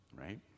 right